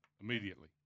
Immediately